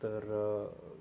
तर